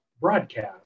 broadcast